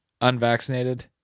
unvaccinated